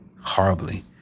horribly